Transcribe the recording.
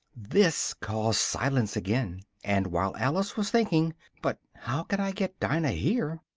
this caused silence again, and while alice was thinking but how can i get dinah here?